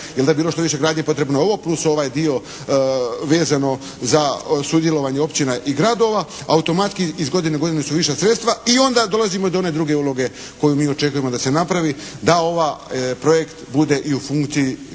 jer da je bilo što više gradnje potrebno je ovo plus ovaj dio vezano za sudjelovanje općina i gradova automatski iz godine u godinu su viša sredstva. I onda dolazimo i do one druge uloge koju mi očekujemo da se napravi da ovaj projekt bude i u funkciji